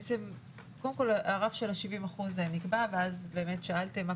קודם כל הרף של ה-70% נקבע ואז באמת שאלתם מה